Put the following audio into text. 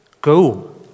go